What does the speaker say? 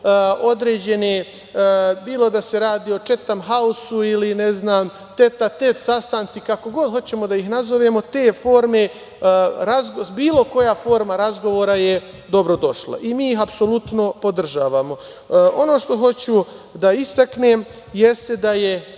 određene, bilo da se radi o „četam hausu“ ili ne znam „ tet a tet“ sastanci, kako god hoćemo da ih nazovemo, te forme razgovora. Bilo koja forma razgovara je dobrodošla i mi je apsolutno podržavamo. Ono što hoću da istaknem jeste da je